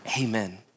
amen